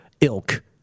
ilk